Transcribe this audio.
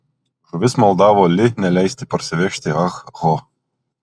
žuvis maldavo li neleisti parsivežti ah ho